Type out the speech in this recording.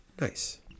Nice